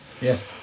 Yes